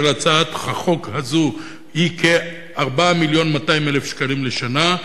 הצעת החוק הזו היא כ-4 מיליון ו-200,000 שקלים לשנה.